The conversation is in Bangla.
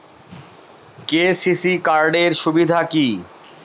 কে.সি.সি কার্ড এর সুবিধা কি?